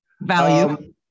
Value